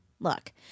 Look